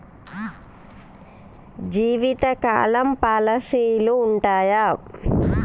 జీవితకాలం పాలసీలు ఉంటయా?